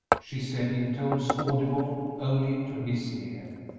she said, in tones audible only to his ear.